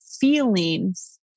feelings